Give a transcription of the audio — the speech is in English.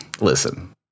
listen